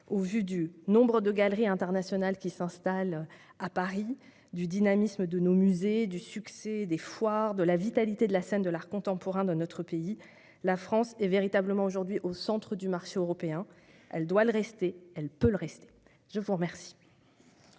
! Vu le nombre de galeries internationales qui s'installent à Paris, le dynamisme de nos musées, le succès des foires et la vitalité de la scène de l'art contemporain de notre pays, la France est véritablement aujourd'hui au centre du marché européen. Elle doit le rester. Elle peut le rester. La parole